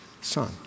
Son